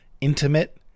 intimate